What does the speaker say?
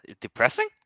depressing